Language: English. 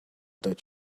that